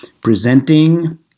presenting